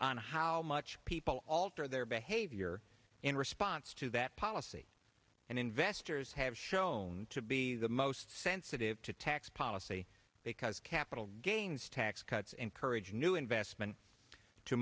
on how much people alter their behavior in response to that policy and investors have shown to be the most sensitive to tax policy because capital gains tax cuts encourage new investment to